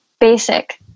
basic